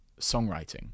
songwriting